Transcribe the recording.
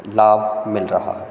लाभ मिल रहा है